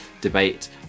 debate